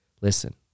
listen